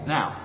Now